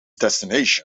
destination